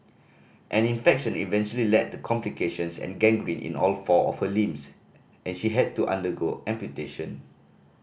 an infection eventually led to complications and gangrene in all four of her limbs and she had to undergo amputation